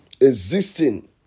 Existing